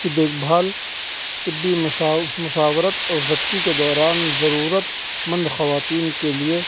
کی دیکھ بھال طبی مشاورت اور زچگی کے دوران ضرورتمند خواتین کے لیے